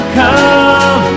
come